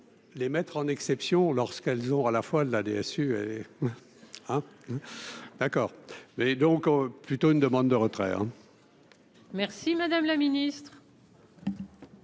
les mettre en exception lorsqu'elles ont à la fois de la DSU, hein, d'accord, mais donc plutôt une demande de retraire. Merci madame la Ministre.